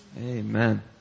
Amen